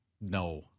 no